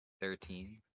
Thirteen